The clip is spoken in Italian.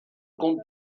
con